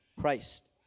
Christ